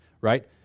right